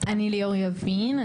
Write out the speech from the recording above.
אני ליאור יבין,